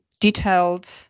detailed